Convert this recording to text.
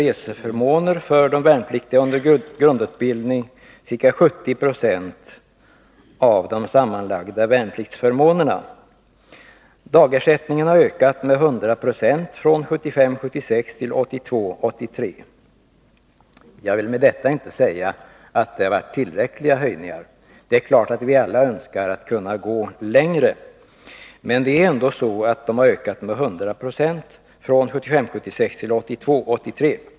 reseförmånerna för de värnpliktiga under grundutbildning ca 70 96 av de sammanlagda värnpliktsförmånerna. Dagersättningen har ökat med 100 96 från 1975 83. Jag vill med detta inte säga att det har varit tillräckliga höjningar. Det är klart att vi alla önskar att kunna gå längre. Men ersättningen har alltså ökat med 100 96 från 1975 83.